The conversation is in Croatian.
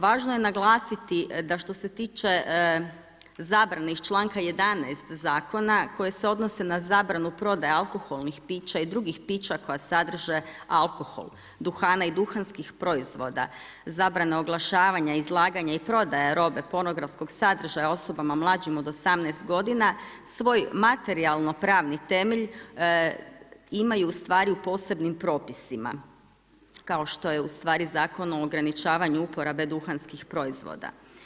Važno je naglasiti da što se tiče zabrane iz članka 11. zakona, koje se odnose na zabranu prodaje alkoholnih pića i drugih pića koja sadrže alkohol, duhana i duhanskih proizvoda, zabrana oglašavanja, izlaganje i prodaja robe pornografskog sadržaja osobama mlađim od 18 g., svoj materijalno-pravni temelj imaju ustvari u posebnim propisima kao što je ustvari u Zakonu o ograničavanju uporabe duhanskih proizvoda.